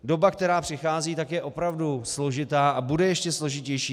Doba, která přichází, tak je opravdu složitá a bude ještě složitější.